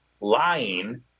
lying